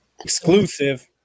exclusive